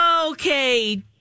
Okay